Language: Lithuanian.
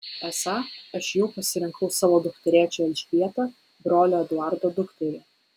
esą aš jau pasirinkau savo dukterėčią elžbietą brolio eduardo dukterį